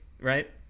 right